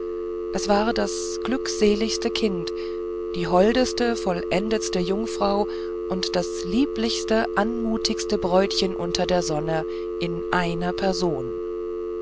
es war das glückseligste kind die holdeste vollendetste jungfrau und das lieblichste anmutigste bräutchen unter der sonne in einer person